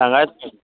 सांगाय